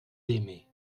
aimés